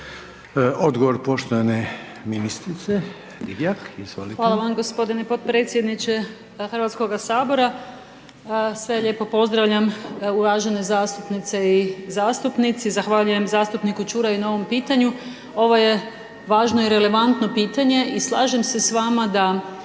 Odgovor poštovane ministrice